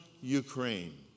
Ukraine